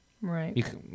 Right